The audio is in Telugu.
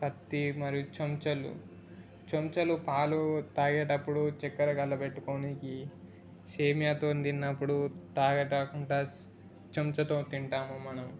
కత్తి మరియు చెంచాలు చెంచాలు పాలు తాగేటప్పుడు చక్కెర కలియబెట్టుకోడానికి సేమ్యాతో తిన్నప్పుడు తాగడానికి కూడా చెంచాతో తింటాము మనము